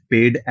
Paid